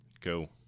Go